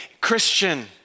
Christian